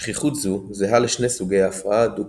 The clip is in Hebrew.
שכיחות זו זהה לשני סוגי ההפרעה הדו-קוטבית.